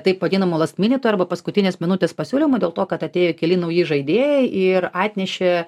taip vadinamų last minitų arba paskutinės minutės pasiūlymų dėl to kad atėjo keli nauji žaidėjai ir atnešė